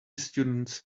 students